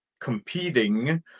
competing